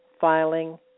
filing